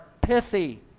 pithy